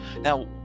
Now